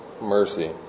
mercy